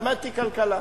למדתי כלכלה.